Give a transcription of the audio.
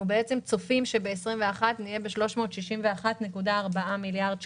צופים שבשנת 2021 נהיה ב-361.4 מיליארד שקלים.